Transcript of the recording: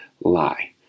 lie